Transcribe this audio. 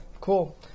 cool